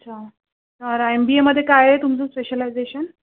अच्छा तर M B एमध्ये काय आहे तुमचं स्पेशलायजेशन